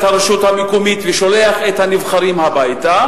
הרשות המקומית ושולח את הנבחרים הביתה,